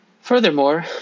Furthermore